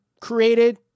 created